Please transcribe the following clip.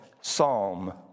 psalm